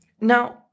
Now